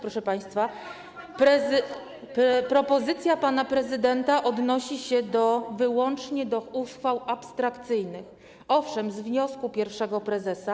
Proszę państwa, propozycja pana prezydenta odnosi się wyłącznie do uchwał abstrakcyjnych, owszem, z wniosku pierwszego prezesa.